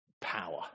power